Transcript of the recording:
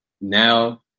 now